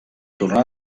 tornar